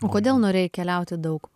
o kodėl norėjai keliauti daug